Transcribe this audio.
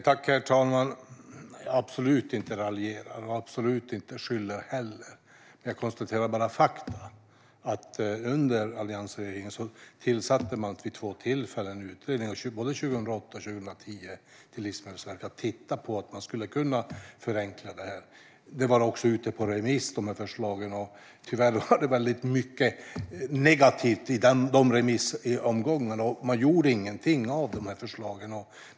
Herr talman! Jag raljerar absolut inte och skyller inte heller på andra. Jag konstaterar bara fakta. Under alliansregeringen tillsatte man vid två tillfällen utredningar - 2008 och 2010 - med uppdrag till Livsmedelsverket att titta på om man skulle kunna förenkla det. Förslagen var också ute på remiss. Tyvärr var det mycket negativt i de remissomgångarna, och man gjorde ingenting av förslagen.